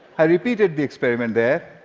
i repeated the experiment there.